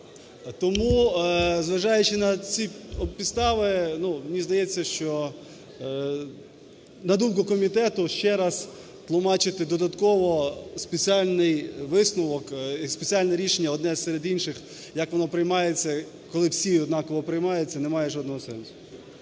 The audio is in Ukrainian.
Тому, зважаючи на ці підстави, ну, мені здається, що… На думку комітету, ще раз тлумачити додатково спеціальний висновок, спеціальне рішення, одне серед інших, як воно приймається, коли всі однаково приймаються, немає жодного сенсу.